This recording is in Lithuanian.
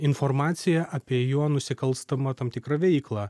informacija apie jo nusikalstamą tam tikrą veiklą